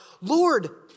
Lord